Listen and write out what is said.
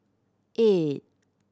eight